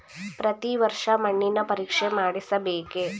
ಪ್ರತಿ ವರ್ಷ ಮಣ್ಣಿನ ಪರೀಕ್ಷೆ ಮಾಡಿಸಬೇಕೇ?